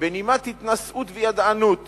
שבנימת התנשאות וידענות